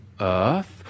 earth